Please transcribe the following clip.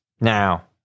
Now